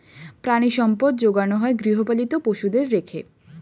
প্রাণিসম্পদ যোগানো হয় গৃহপালিত পশুদের রেখে